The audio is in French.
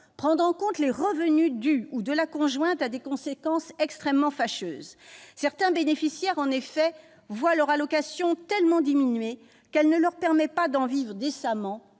Prendre en compte les revenus du conjoint ou de la conjointe a des conséquences extrêmement fâcheuses. Certains des bénéficiaires, en effet, voient leur allocation tellement diminuée qu'elle ne leur permet pas de vivre décemment.